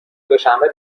دوشنبه